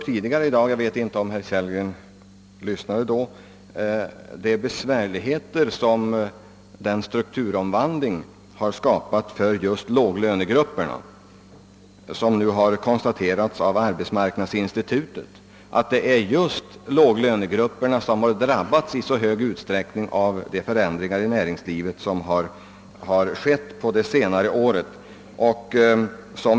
Tidigare i dag — jag vet inte om herr Kellgren lyssnade då — tog jag upp de besvärligheter som strukturomvandlingen har skapat för just låglönegrupperna. Arbetsmarknadsinstitutet har nu konstaterat att låglönegrupperna i särskilt hög grad har drabbats av de förändringar i näringslivet som har inträffat under det senaste året.